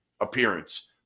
appearance